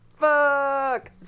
Fuck